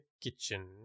kitchen